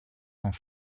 sont